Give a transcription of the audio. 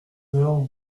heures